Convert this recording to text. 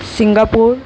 Singapore